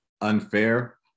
unfair